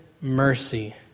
mercy